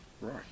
Right